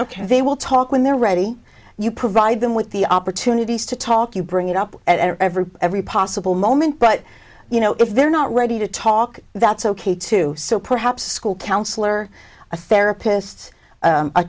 ok they will talk when they're ready you provide them with the opportunities to talk you bring it up at every every possible moment but you know if they're not ready to talk that's ok too so perhaps school counsellor a therapist